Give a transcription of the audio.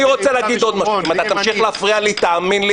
אם אתה תמשיך להפריע לי, תאמין לי